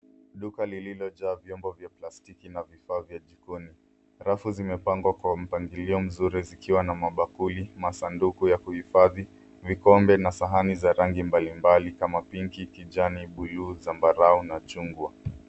Duka lililojaa vyombo vya plastiki na vifaa vya jikoni. Rafu zimepangwa kwa mpangilio mzuri zikiwa na mabakuli, masanduku ya kuhifadhi , vikombe na sahani za rangi mbalimbali kama pinki, kijani, buluu, zambarau na chungwa.